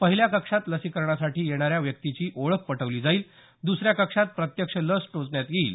पहिल्या कक्षात लसीकरणासाठी येणाऱ्या व्यक्तीची ओळख पटवली जाईल दसऱ्या कक्षात प्रत्यक्ष लस टोचण्यात येईल